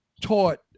taught